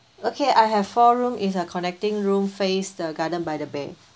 okay I have four room is a connecting room face the garden by the bay